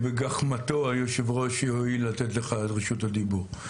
שבגחמתו היושב ראש יועיל לתת לך את רשות הדיבור,